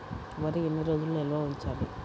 వరి ఎన్ని రోజులు నిల్వ ఉంచాలి?